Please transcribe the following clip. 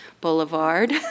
Boulevard